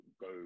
go